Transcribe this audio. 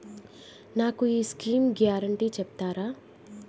నాకు ఈ schemes guarantee చెప్తారా?